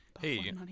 Hey